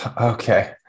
Okay